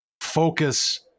focus